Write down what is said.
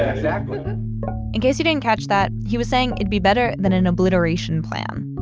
exactly in case you didn't catch that, he was saying it'd be better than an obliteration plan